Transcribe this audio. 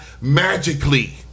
magically